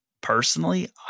Personally